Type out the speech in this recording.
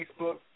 Facebook